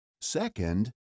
Second